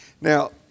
Now